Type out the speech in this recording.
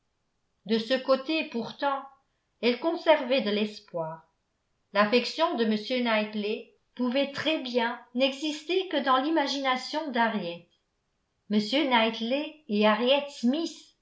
de ce côté pourtant elle conservait de l'espoir l'affection de m knightley pouvait très bien n'exister que dans l'imagination